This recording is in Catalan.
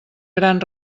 gran